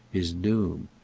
his doom.